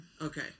Okay